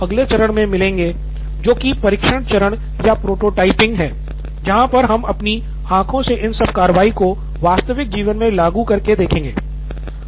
अब हम आपको अगले चरण में मिलेंगे जो की है परीक्षण चरण या प्रोटोटाइपइंग जहां पर हम अपनी आँखों से इन सब कार्रवाई को वास्तविक जीवन मे लागू करके देखेंगे